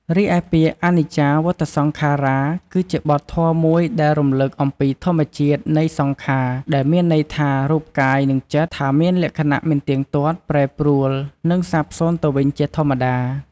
រីឯពាក្យ អនិច្ចាវតសង្ខារ៉ា គឺជាបទធម៌មួយដែលរំលឹកអំពីធម្មជាតិនៃសង្ខារ ដែលមានន័យថា រូបកាយនិងចិត្ត ថាមានលក្ខណៈមិនទៀងទាត់ ប្រែប្រួល និងសាបសូន្យទៅវិញជាធម្មតា។